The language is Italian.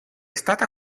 stata